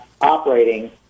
operating